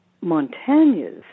Montaigne's